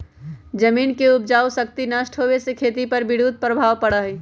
जमीन के उपजाऊ शक्ति नष्ट होवे से खेती पर विरुद्ध प्रभाव पड़ा हई